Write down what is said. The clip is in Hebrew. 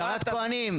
אזהרת כוהנים.